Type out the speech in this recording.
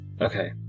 Okay